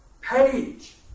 page